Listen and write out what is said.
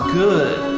good